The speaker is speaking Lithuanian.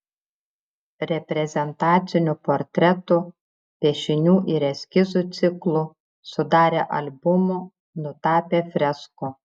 reprezentacinių portretų piešinių ir eskizų ciklų sudarė albumų nutapė freskų